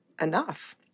enough